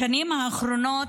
בשנים האחרונות,